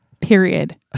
period